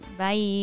bye